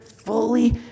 fully